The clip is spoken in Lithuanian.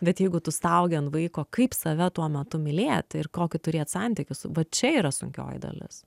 bet jeigu tu staugi ant vaiko kaip save tuo metu mylėt ir kokį turėt santykį su va čia yra sunkioji dalis